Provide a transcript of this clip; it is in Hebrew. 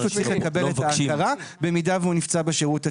צריך לקבל את ההגדרה במידה שהוא נפצע בשירות הצבאי.